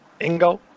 Ingo